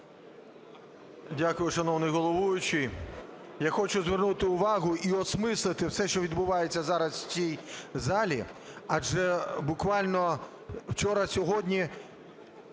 Дякую, шановний головуючий. Я хочу звернути увагу і осмислити все, що відбувається зараз в цій залі, адже буквально вчора-сьогодні